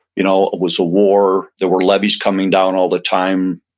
you know was a war. there were levies coming down all the time.